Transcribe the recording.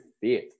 fifth